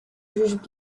jugent